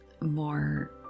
more